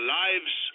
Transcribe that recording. lives